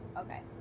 okay